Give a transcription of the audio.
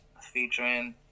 Featuring